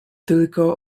tylko